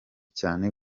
cyane